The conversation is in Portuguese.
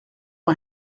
uma